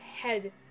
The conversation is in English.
head